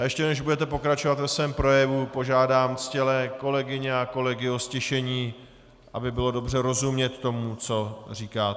Ještě než budete pokračovat ve svém projevu, požádám ctěné kolegyně a kolegy o ztišení, aby bylo dobře rozumět tomu, co říkáte.